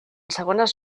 segones